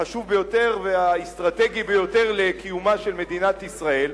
החשוב ביותר והאסטרטגי ביותר לקיומה של מדינת ישראל.